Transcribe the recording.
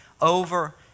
over